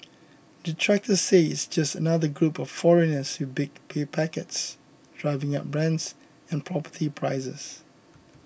detractors say it's just another group of foreigners with big pay packets driving up rents and property prices